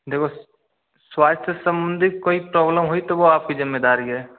देखो स्वास्थय सम्बन्धी कोई कोई प्रॉब्लम हुई तो वह आपकी जिम्मेदारी है